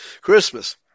Christmas